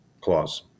clause